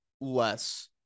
less